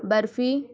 barfi